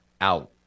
out